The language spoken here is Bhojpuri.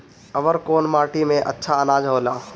अवर कौन माटी मे अच्छा आनाज होला?